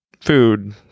Food